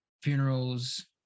funerals